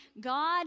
God